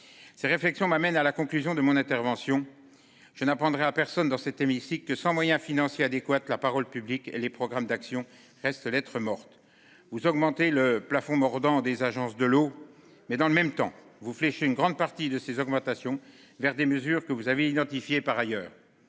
Ses réflexions m'amène à la conclusion de mon intervention, je n'apprendrai à personne dans cet hémicycle, que sans moyens financiers adéquates. La parole publique. Les programmes d'action reste lettre morte. Vous augmenter le plafond mordant des agences de l'eau mais dans le même temps vous. Une grande partie de ces augmentations vers des mesures que vous avez identifié par ailleurs.